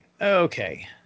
Okay